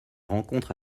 rencontre